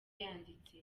yanditse